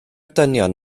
dynion